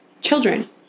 Children